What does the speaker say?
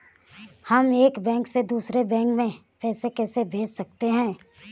हम एक बैंक से दूसरे बैंक में पैसे कैसे भेज सकते हैं?